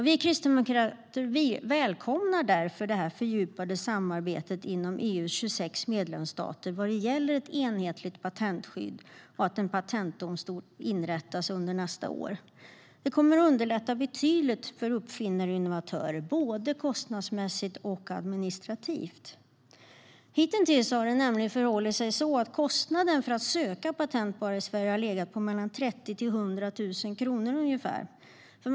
Vi kristdemokrater välkomnar därför det fördjupade samarbetet inom 26 av EU:s medlemsstater vad gäller ett enhetligt patentskydd och att en patentdomstol inrättas under nästa år. Det kommer att underlätta betydligt för uppfinnare och innovatörer både kostnadsmässigt och administrativt. Hitintills har det förhållit sig så att kostnaden för att söka patent bara i Sverige har legat på 30 000-100 000 kronor.